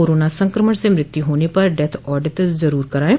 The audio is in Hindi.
कोरोना संक्रमण से मृत्यु होने पर डेथ आडिट जरूर करायें